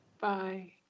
Bye